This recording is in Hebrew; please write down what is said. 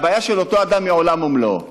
והבעיה של אותו אדם היא עולם ומלואו.